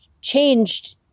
changed